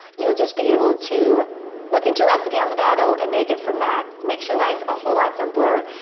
you'll just be able to look at your recipe on the bottle and make it from that makes your life a whole lot simpler.